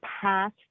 passed